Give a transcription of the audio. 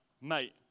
mate